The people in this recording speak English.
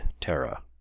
Terra